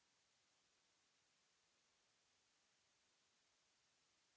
merci.